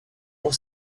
pour